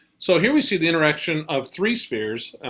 so here we see the interaction of three spheres.